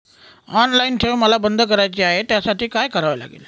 Online ठेव मला बंद करायची आहे, त्यासाठी काय करावे लागेल?